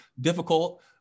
difficult